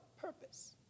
purpose